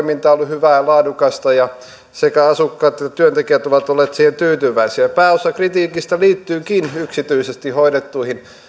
toiminta on ollut hyvää ja laadukasta ja sekä asukkaat että työntekijät ovat olleet siihen tyytyväisiä pääosa kritiikistä liittyykin yksityisesti hoidettuihin